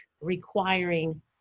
requiring